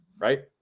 right